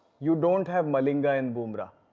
you don't have malinga and bumrah.